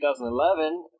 2011